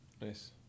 Nice